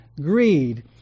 greed